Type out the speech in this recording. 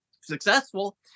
successful